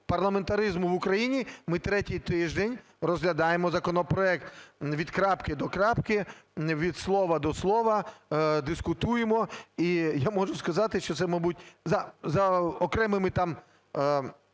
парламентаризму в Україні ми третій тиждень розглядаємо законопроект від крапки до крапки, від слова до слова, дискутуємо. І я можу сказати, що це, мабуть, за окремими